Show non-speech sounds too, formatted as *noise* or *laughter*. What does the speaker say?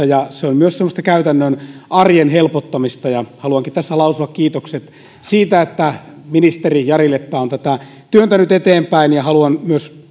*unintelligible* ja se on myös semmoista käytännön arjen helpottamista haluankin tässä lausua kiitokset siitä että ministeri jari leppä on tätä työntänyt eteenpäin ja haluan myös *unintelligible*